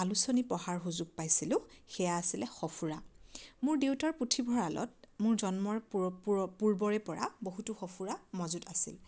আলোচনী পঢ়াৰ সুযোগ পাইছিলোঁ সেয়া আছিলে সঁফুৰা মোৰ দেউতাৰ পুথিভঁৰালত মোৰ জন্মৰ পূৰ পূৰ পূৰ্বৰে পৰা বহুতো সঁফুৰা মজুত আছিল